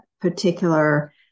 particular